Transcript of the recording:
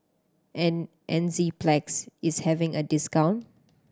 enzyplex is having a discount